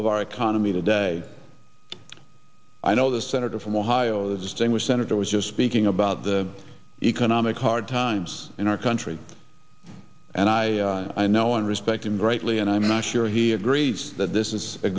of our economy today i know the senator from ohio is to the senator was just speaking about the economic hard times in our country and i i know and respect him greatly and i'm not sure he agrees that this is a